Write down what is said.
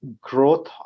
growth